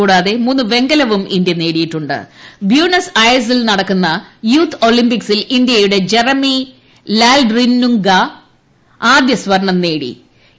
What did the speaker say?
കൂടാതെ മൂന്ന് വെങ്കലവും ഇന്ത്യ നേടിയിട്ടു ബ്യൂണസ് ഐറിസിൽ നടക്കുന്ന യൂത്ത് ഒളിംമ്പിക്സിൽ ഇന്ത്യയുടെ ജറമി ലാൽറിനുംഗ ആദ്യ സ്വർണം സ്വന്തമാക്കി